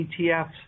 ETFs